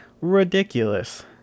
ridiculous